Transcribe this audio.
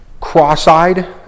cross-eyed